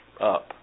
up